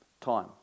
time